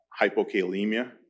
hypokalemia